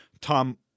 Tom